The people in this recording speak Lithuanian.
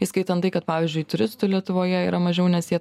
įskaitant tai kad pavyzdžiui turistų lietuvoje yra mažiau nes jie